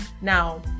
Now